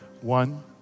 One